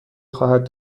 خواهد